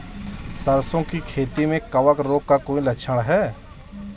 सरसों की खेती में कवक रोग का कोई लक्षण है?